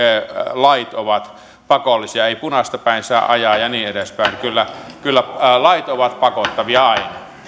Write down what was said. lait ovat pakollisia ei punaista päin saa ajaa ja niin edespäin kyllä kyllä lait ovat pakottavia